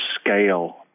scale